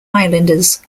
islanders